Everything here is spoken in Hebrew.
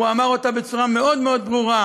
הוא אמר אותה בצורה מאוד מאוד ברורה.